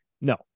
No